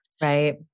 Right